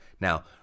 Now